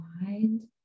mind